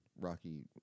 Rocky